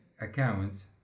accounts